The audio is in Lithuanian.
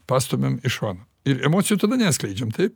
pastumiam į šoną ir emocijų tada neatskleidžiam taip